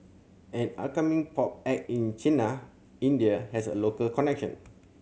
an upcoming pop act in Chennai India has a local connection